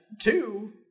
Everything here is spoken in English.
two